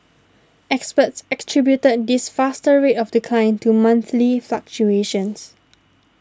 experts attributed this faster rate of decline to monthly fluctuations